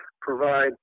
provide